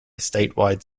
statewide